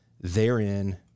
therein